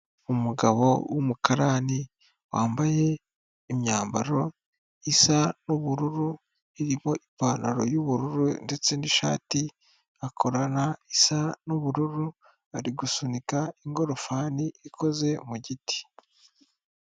Umugabo w'umukararani wambaye imyambaro isa n'ubururu irimo ipantaro y'ubururu ndetse n'ishati akorana isa n'ubururu, ari gusunika ingorofani ikoze mu giti.